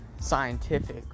scientific